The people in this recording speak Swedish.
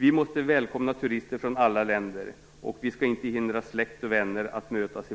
Vi måste välkomna turister från alla länder, och vi skall inte hindra släkt och vänner att mötas